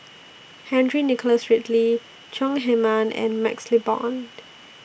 Henry Nicholas Ridley Chong Heman and MaxLe Blond